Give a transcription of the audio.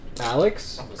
Alex